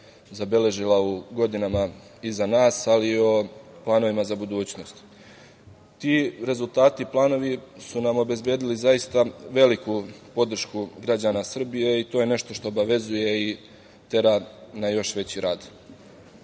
zabeležila u godinama iza nas, ali i o planovima za budućnost. Ti rezultati, planovi su nam obezbedili zaista veliku podršku građana Srbije i to je nešto što obavezuje i tera na još veći